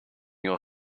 your